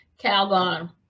Calgon